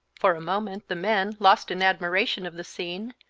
for a moment the men, lost in admiration of the scene,